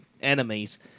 enemies